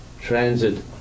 transit